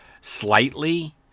slightly